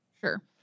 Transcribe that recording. Sure